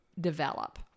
develop